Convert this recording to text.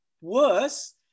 worse